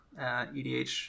EDH